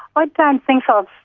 ah don't um think so.